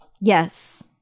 Yes